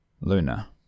Luna